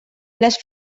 les